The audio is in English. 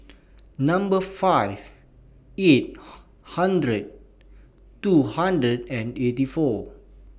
Number five eight hundred two hundred and eighty four